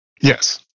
Yes